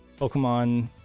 Pokemon